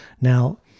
Now